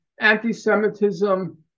anti-Semitism